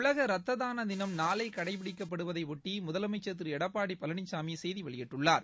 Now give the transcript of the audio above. உலக ரத்ததான தினம் நாளை கடைபிடிக்கப்படுவதையொட்டி முதலமைச்சர் திரு எடப்பாடி பழனிசாமி செய்தி வெளியிட்டுள்ளார்